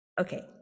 Okay